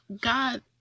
God